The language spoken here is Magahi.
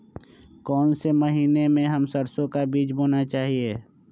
कौन से महीने में हम सरसो का बीज बोना चाहिए?